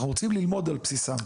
אנחנו רוצים ללמוד על בסיסם.